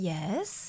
Yes